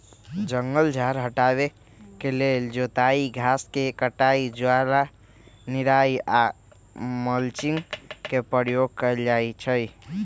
जङगल झार हटाबे के लेल जोताई, घास के कटाई, ज्वाला निराई आऽ मल्चिंग के प्रयोग कएल जाइ छइ